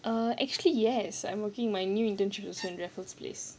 err actually yes I'm working my new internship also in raffles place